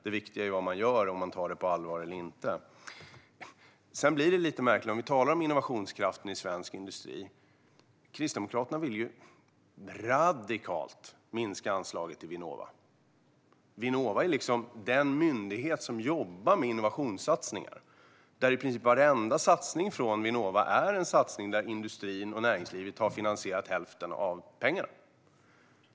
Det viktiga är ju vad man gör och om man tar det på allvar eller inte. Sedan blir det lite märkligt. Vi talar om innovationskraften i svensk industri. Kristdemokraterna vill radikalt minska anslaget till Vinnova. Vinnova är ju den myndighet som jobbar med innovationssatsningar. I princip varenda satsning från Vinnova är en satsning där industrin och näringslivet har finansierat hälften.